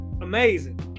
amazing